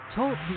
Talk